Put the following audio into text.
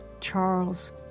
Charles